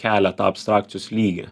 kelia tą abstrakcijos lygį